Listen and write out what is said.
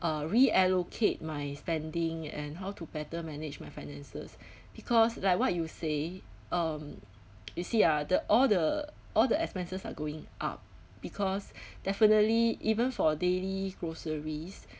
uh reallocate my spending and how to better manage my finances because like what you say um you see ah the all the all the expenses are going up because definitely even for daily groceries